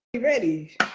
ready